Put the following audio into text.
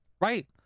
Right